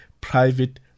private